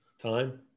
time